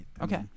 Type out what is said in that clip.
Okay